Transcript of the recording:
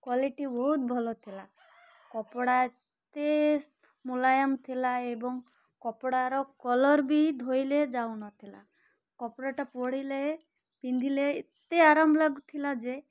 quality ବହୁତ ଭଲ ଥିଲା କପଡ଼ା ଏତେ ମୁଲାୟମ୍ ଥିଲା ଏବଂ କପଡ଼ାର କଲର୍ ବି ଧୋଇଲେ ଯାଉନଥିଲା କପଡ଼ାଟା ପଡ଼ିଲେ ପିନ୍ଧିଲେ ଏତେ ଆରାମ ଲାଗୁଥିଲା ଯେ